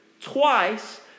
twice